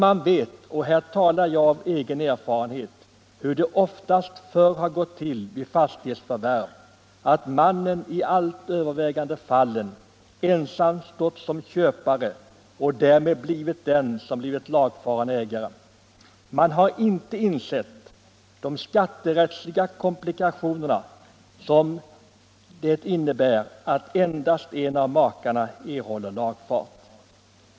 Det har vid fastighetsförvärv förr oftast gått till så — och här talar jag av egen erfarenhet — att mannen ensam stått som köpare och därmed också ensam fått lagfart på fastigheten. Man har inte insett de skatterättsliga komplikationer som uppstår genom att endast en av makarna erhåller lagfart.